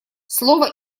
слово